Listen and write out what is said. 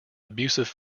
abusive